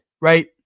Right